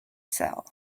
sell